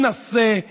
מתנשא,